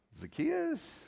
Zacchaeus